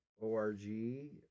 ORG